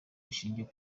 rishingiye